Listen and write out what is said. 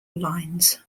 lines